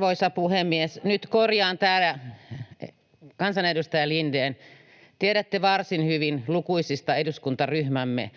Arvoisa puhemies! Nyt korjaan täällä: Kansanedustaja Lindén, tiedätte varsin hyvin lukuisista eduskuntaryhmämme